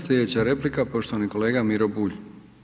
Slijedeća replika, poštovani kolega Miro Bulj.